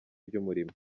ry’umurimo